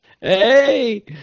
Hey